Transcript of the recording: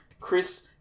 Chris